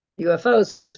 UFOs